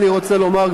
אני רוצה לומר,